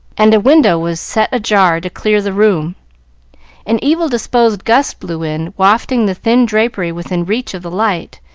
and a window was set ajar to clear the room an evil-disposed gust blew in, wafting the thin drapery within reach of the light,